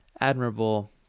admirable